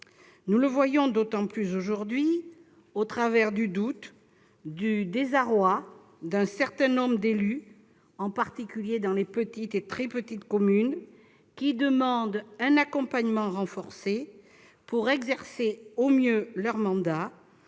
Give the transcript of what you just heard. Nous le voyons d'autant plus clairement aujourd'hui dans le doute, voire le désarroi, d'un certain nombre d'élus- en particulier dans les petites et très petites communes -, qui demandent un accompagnement renforcé pour exercer au mieux leur mandat